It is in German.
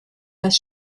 das